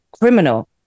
criminal